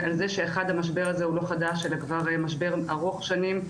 על כך שהמשבר הזה לא חדש אלא משבר ארוך שנים,